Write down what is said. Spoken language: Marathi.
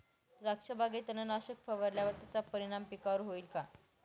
द्राक्षबागेत तणनाशक फवारल्यास त्याचा परिणाम पिकावर होईल का?